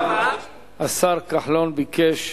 השר כחלון ביקש